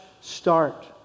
start